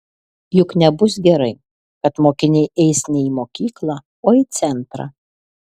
juk nebus gerai kad mokiniai eis ne į mokyklą o į centrą